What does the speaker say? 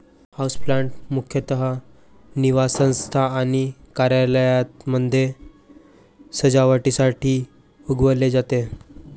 houseplant मुख्यतः निवासस्थान आणि कार्यालयांमध्ये सजावटीसाठी उगवले जाते